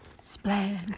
Splendid